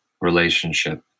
relationship